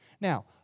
Now